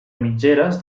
mitgeres